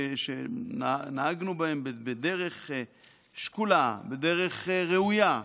שנהגנו בהן בדרך שקולה, דרך ראויה,